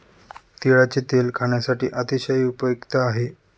तिळाचे तेल खाण्यासाठी अतिशय उपयुक्त आहे